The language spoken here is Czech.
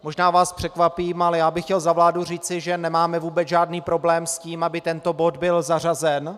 Možná vás překvapím, ale já bych chtěl za vládu říci, že nemáme vůbec žádný problém s tím, aby tento bod byl zařazen.